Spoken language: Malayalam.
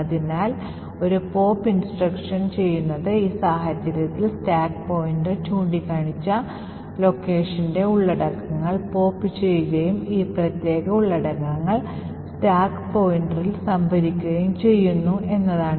അതിനാൽ ഈ പോപ്പ് നിർദ്ദേശം ചെയ്യുന്നത് ഈ സാഹചര്യത്തിൽ സ്റ്റാക്ക് പോയിന്റർ ചൂണ്ടിക്കാണിച്ച ലൊക്കേഷന്റെ ഉള്ളടക്കങ്ങൾ പോപ്പ് ചെയ്യുകയും ഈ പ്രത്യേക ഉള്ളടക്കങ്ങൾ സ്റ്റാക്ക് പോയിന്ററിൽ സംഭരിക്കുകയും ചെയ്യുന്നു എന്നതാണ്